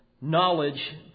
knowledge